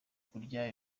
kurya